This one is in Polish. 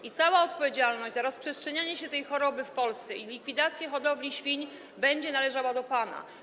I cała odpowiedzialność za rozprzestrzenianie się tej choroby w Polsce i likwidację hodowli świń będzie należała do pana.